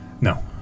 No